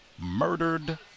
murdered